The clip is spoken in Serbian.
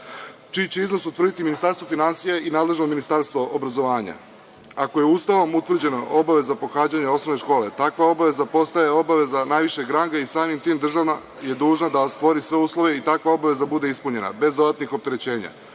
čiji će iznos utvrditi Ministarstvo finansija i nadležno Ministarstvo obrazovanja. Ako je Ustavom utvrđena obaveza pohađanja osnovne škole, takva obaveza postaje obaveza najvišeg ranga i samim tim je država dužna da stvori sve uslove i takva obaveza bude ispunjena bez dodatnih opterećenja.